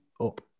up